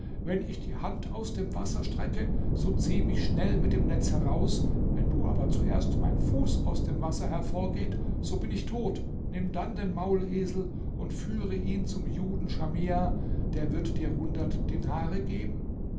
wenn ich die hand aus dem wasser strecke so zieh mich schnell mit dem netz heraus wenn aber zuerst mein fuß aus dem wasser hervorgeht so bin ich tot nimm dann den maulesel und führe ihn zum juden schamia der wird dir hundert dinare geben